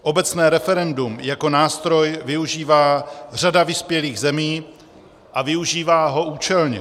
Obecné referendum jako nástroj využívá řada vyspělých zemí a využívá ho účelně.